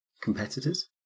competitors